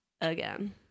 again